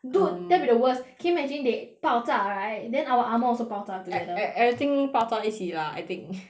mm dude that'll be the worst can you imagine they 爆炸 right then our armour also 爆炸 together e~ e~ everything 爆炸一起 lah I think